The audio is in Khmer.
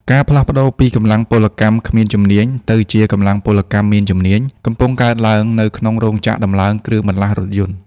ការផ្លាស់ប្តូរពី "កម្លាំងពលកម្មគ្មានជំនាញ" ទៅជា "កម្លាំងពលកម្មមានជំនាញ" កំពុងកើតឡើងនៅក្នុងរោងចក្រដំឡើងគ្រឿងបន្លាស់រថយន្ត។